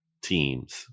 teams